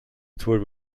toured